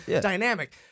dynamic